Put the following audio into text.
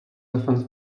often